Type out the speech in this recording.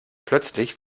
plötzlich